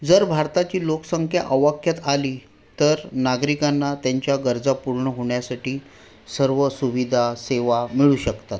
जर भारताची लोकसंख्या आवाक्यात आली तर नागरिकांना त्यांच्या गरजा पूर्ण होण्यासाठी सर्व सुविधा सेवा मिळू शकतात